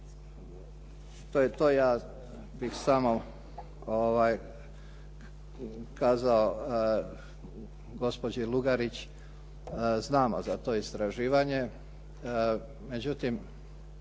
To je to. ja bih samo kazao gospođi Lugarić, znamo za to istraživanje. Međutim,